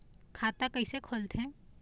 खाता कइसे खोलथें?